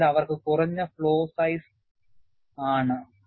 അതിനാൽ അവർക്ക് കുറഞ്ഞ ഫ്ലോ സൈസ് ആണ്